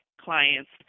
clients